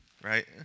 Right